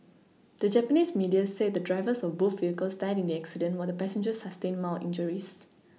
the Japanese media said the drivers of both vehicles died in the accident while the passengers sustained mild injuries